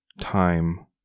time